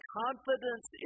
confidence